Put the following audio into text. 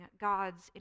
God's